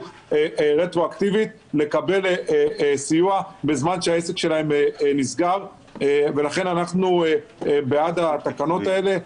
רטרואקטיבית לקבל סיוע בזמן שהעסק שלהם נסגר ולכן אנחנו בעד התקנות האלה.